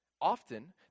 often